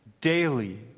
daily